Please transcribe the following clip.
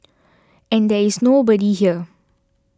and there is nobody here